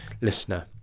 listener